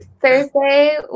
Thursday